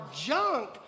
junk